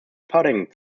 pudding